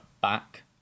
back